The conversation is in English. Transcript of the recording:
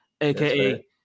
aka